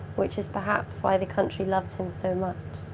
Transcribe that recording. which is perhaps why the country loves him so much,